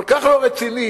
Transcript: כל כך לא רציני,